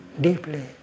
deeply